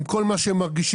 עם כל מה שהם מרגישים.